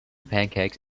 pancakes